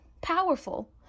Powerful